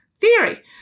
theory